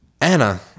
Anna